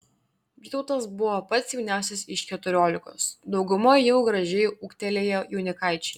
vytautas buvo pats jauniausias iš keturiolikos dauguma jau gražiai ūgtelėję jaunikaičiai